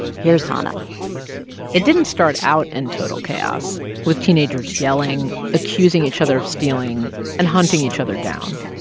here's hanna it didn't start out in total chaos, with teenagers yelling, accusing each other of stealing and hunting each other down